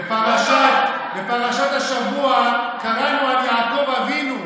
אורבך, בפרשת השבוע קראנו על יעקב אבינו.